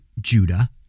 Judah